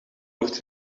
wordt